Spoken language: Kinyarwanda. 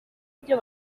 ibyo